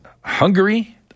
Hungary